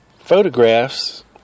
photographs